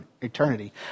eternity